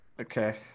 Okay